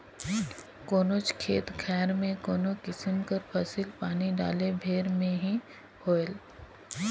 कोनोच खेत खाएर में कोनो किसिम कर फसिल पानी डाले भेर में नी होए